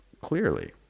Clearly